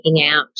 out